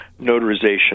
notarization